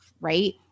right